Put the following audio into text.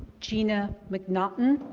gina mcnaughton.